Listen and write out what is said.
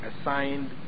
assigned